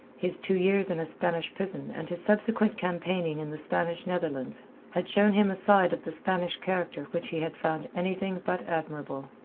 his two years in a spanish prison and his subsequent campaigning in the spanish netherlands had shown him a side of the spanish character which he had found anything but admirable.